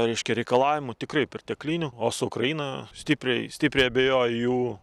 reiškia reikalavimų tikrai perteklinių o su ukraina stipriai stipriai abejoju jų